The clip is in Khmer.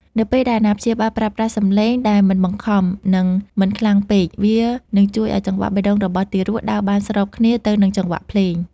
នៅពេលដែលអាណាព្យាបាលប្រើប្រាស់សំឡេងដែលមិនបង្ខំ និងមិនខ្លាំងពេក វានឹងជួយឱ្យចង្វាក់បេះដូងរបស់ទារកដើរបានស្របគ្នាទៅនឹងចង្វាក់ភ្លេង